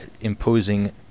imposing